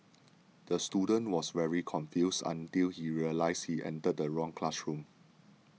the student was very confused until he realised he entered the wrong classroom